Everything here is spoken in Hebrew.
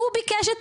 הוא ביקש את